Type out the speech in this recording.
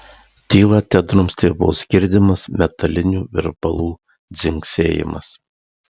tylą tedrumstė vos girdimas metalinių virbalų dzingsėjimas